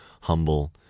humble